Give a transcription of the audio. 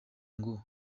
ngo